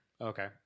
Okay